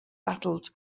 battled